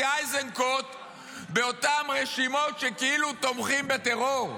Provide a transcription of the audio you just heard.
איזנקוט באותן רשימות של מי שכאילו תומכים בטרור.